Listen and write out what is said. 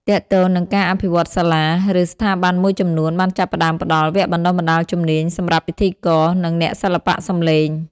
ទាក់ទងនឹងការអភិវឌ្ឍន៍សាលា ឬស្ថាប័នមួយចំនួនបានចាប់ផ្តើមផ្តល់ វគ្គបណ្ដុះបណ្ដាលជំនាញ សម្រាប់ពិធីករ និងអ្នកសិល្បៈសំឡេង។